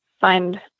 find